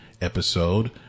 episode